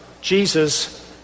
Jesus